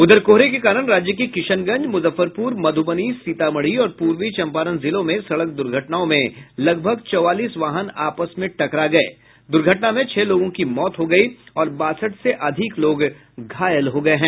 उधर कोहरे के कारण राज्य के किशनगंज मुजफ्फरपुर मधुबनी सीतामढ़ी और पूर्वी चंपारण जिलों में हुये सड़क दुर्घटनाओं में लगभग चौवालीस वाहन आपस में टकरा गये दुर्घटना में छह लोगों की मौत हो गयी और बासठ से अधिक लोग घायल हो गये हैं